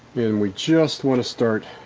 and we just want to start